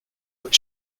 but